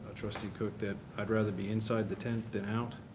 ah trustee cook, that i'd rather be inside the tent than out,